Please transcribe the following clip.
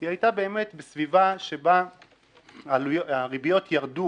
היא היתה באמת בסביבה שבה הריביות ירדו